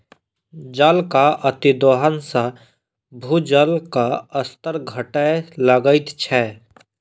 जलक अतिदोहन सॅ भूजलक स्तर घटय लगैत छै